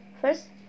First